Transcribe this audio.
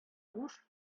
буш